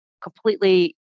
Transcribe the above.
completely